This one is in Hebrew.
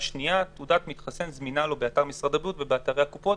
השנייה באתר משרד הבריאות ובאתרי הקופות.